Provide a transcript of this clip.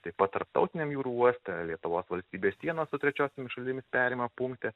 taip pat tarptautiniam jūrų uoste lietuvos valstybės sienos su trečiosiomis šalimis perėjimo punkte